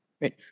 right